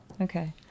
Okay